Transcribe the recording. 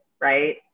right